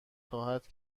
خواهد